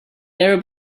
arab